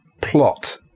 plot